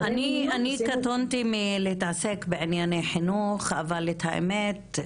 אני קטונתי מלהתעסק בענייני חינוך, אבל למען האמת,